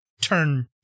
turn